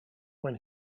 when